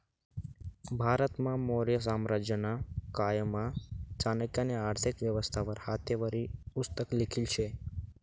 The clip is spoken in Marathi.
भारतमा मौर्य साम्राज्यना कायमा चाणक्यनी आर्थिक व्यवस्था वर हातेवरी पुस्तक लिखेल शे